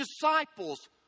disciples